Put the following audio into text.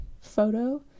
photo